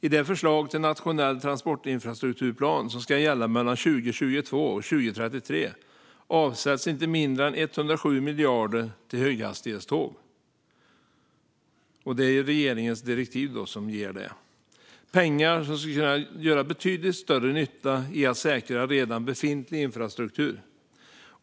I det förslag till nationell transportinfrastrukturplan som ska gälla mellan 2022 och 2033 avsätts inte mindre än 107 miljarder till höghastighetståg. Det framgår av regeringens direktiv. Det är pengar som skulle göra betydligt större nytta i att säkra redan befintlig infrastruktur.